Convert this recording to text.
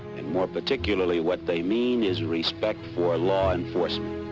and more particularly, what they mean is respect for law enforcement.